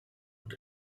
but